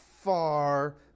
far